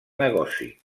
negoci